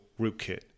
rootkit